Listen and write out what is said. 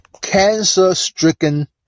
Cancer-stricken